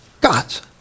Gods